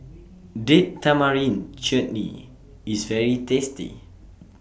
Date Tamarind Chutney IS very tasty